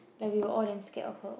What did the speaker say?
like we were all damn scared of her